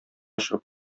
чыгып